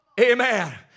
Amen